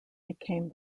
became